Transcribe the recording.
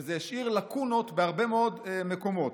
וזה השאיר לקונות בהרבה מאוד מקומות,